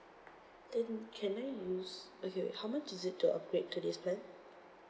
then can I use okay wait how much is it to upgrade to this plan